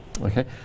Okay